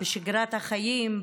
בשגרת החיים,